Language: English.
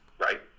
right